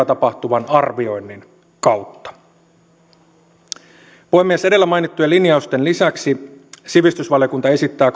tapahtuvan arvioinnin kautta puhemies edellä mainittujen linjausten lisäksi sivistysvaliokunta esittää